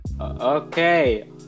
Okay